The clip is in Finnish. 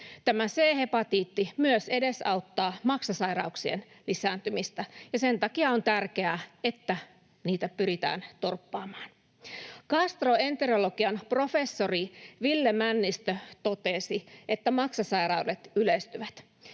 Tämä C-hepatiitti myös edesauttaa maksasairauksien lisääntymistä, ja sen takia on tärkeää, että niitä pyritään torppaamaan. Gastroenterologian professori Ville Männistö totesi, että maksasairaudet yleistyvät.